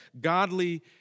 godly